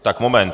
Tak moment.